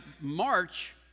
March